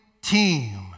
team